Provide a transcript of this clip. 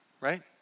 right